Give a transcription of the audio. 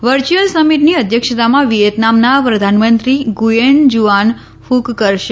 વર્યુઅલ સમિટની અધ્યક્ષતા વિચેતનામના પ્રધાનમંત્રી ગુચેન જુઆન ફક કરશે